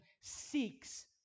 seeks